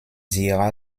sierra